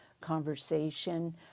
conversation